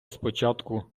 спочатку